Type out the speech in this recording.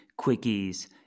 quickies